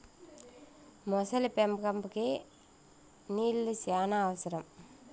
మొసలి పెంపకంకి నీళ్లు శ్యానా అవసరం